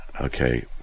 okay